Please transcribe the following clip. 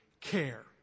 care